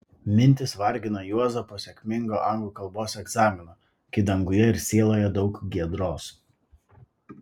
mintys vargina juozą po sėkmingo anglų kalbos egzamino kai danguje ir sieloje daug giedros